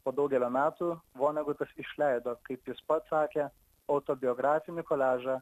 po daugelio metų vonegutas išleido kaip jis pats sakė autobiografinį koliažą